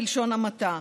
בלשון המעטה,